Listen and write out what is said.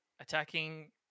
Attacking